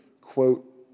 quote